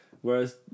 Whereas